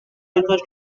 refers